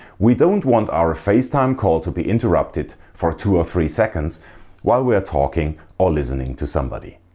we don't want our facetime call to be interrupted for two or three seconds while we are talking or listening to somebody.